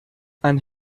and